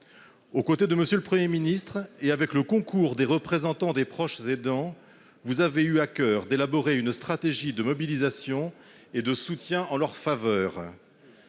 Aux côtés de M. le Premier ministre et avec le concours des représentants des proches aidants, vous avez eu à coeur d'élaborer une stratégie de mobilisation et de soutien en leur faveur.